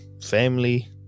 family